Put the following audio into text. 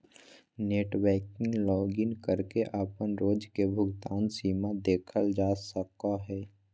net banking login करके अपन रोज के भुगतान सीमा देखल जा सको हय